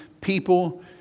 people